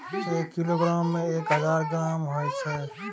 एक किलोग्राम में एक हजार ग्राम होय छै